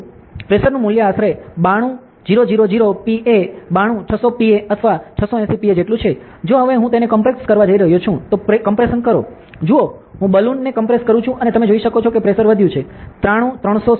પ્રેશરનું મૂલ્ય આશરે 92000 Pa 92600 Pa અથવા 680 Pa જેટલું છે જો હવે હું તેને કોમ્પ્રેસ કરવા જઈ રહ્યો છું તો કોમ્પ્રેશન કરો ને કોમ્પ્રેસ કરું છું અને તમે જોઈ શકો છો કે પ્રેશર વધ્યું છે 93347